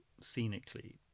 scenically